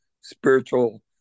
spiritual